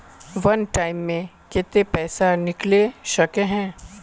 वन time मैं केते पैसा निकले सके है?